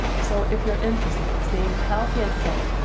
so, if you're interested in staying healthy and fit,